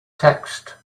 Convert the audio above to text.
text